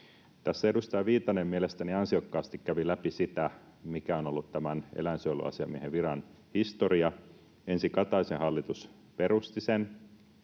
edustaja Viitanen mielestäni ansiokkaasti kävi läpi sitä, mikä on ollut tämän eläinsuojeluasiamiehen viran historia. Ensin Kataisen hallitus perusti sen,